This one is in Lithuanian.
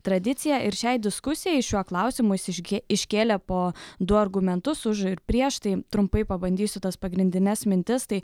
tradiciją ir šiai diskusijai šiuo klausimu jis išgė iškėlė po du argumentus už ir prieš tai trumpai pabandysiu tas pagrindines mintis tai